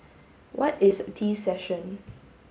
what is a tea session